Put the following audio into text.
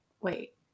wait